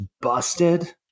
busted